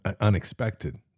unexpected